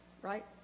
Right